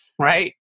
right